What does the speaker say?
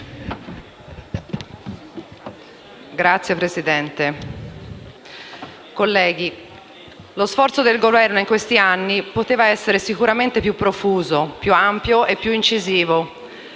Signor Presidente, colleghi, lo sforzo del Governo in questi anni poteva essere sicuramente profuso meglio, più ampio e più incisivo,